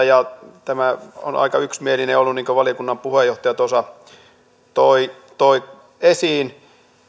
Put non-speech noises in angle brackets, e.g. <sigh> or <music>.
<unintelligible> ja tämä on aika yksimielinen ollut niin kuin valiokunnan puheenjohtaja tuossa toi toi esiin